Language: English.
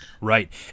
Right